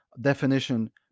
definition